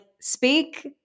speak